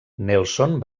nelson